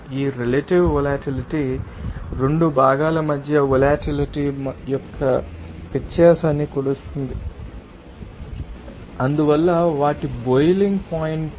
ఈ relative volatility 2 భాగాల మధ్య వొలటిలిటీ యొక్క వ్యత్యాసాన్ని కొలుస్తుందని మీరు చూస్తారు మరియు అందువల్ల వాటి బొయిలింగ్ పాయింట్ లు